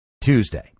Tuesday